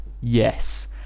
yes